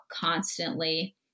constantly